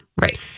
Right